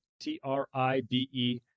T-R-I-B-E